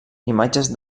imatges